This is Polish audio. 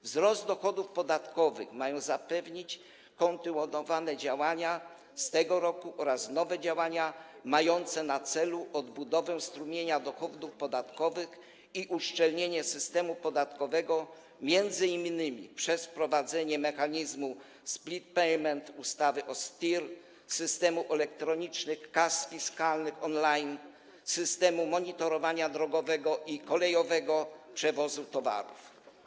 Wzrost dochodów podatkowych mają zapewnić kontynuowane działania z tego roku oraz nowe działania mające na celu odbudowę strumienia dochodów podatkowych i uszczelnienie systemu podatkowego m.in. przez wprowadzenie mechanizmu split payment, ustawy o STIR, systemu elektronicznych kas fiskalnych on-line, systemu monitorowania drogowego i kolejowego przewozu towarów.